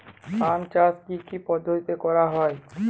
আম চাষ কি কি পদ্ধতিতে করা হয়?